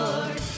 Lord